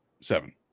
seven